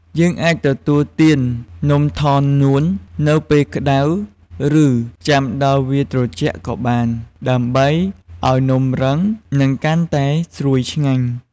យើងអាចទទួលទាននំថងនួននៅពេលក្តៅ ឬចាំដល់វាត្រជាក់ក៏បាន ដើម្បីឱ្យនំរឹង និងកាន់តែស្រួយឆ្ងាញ់។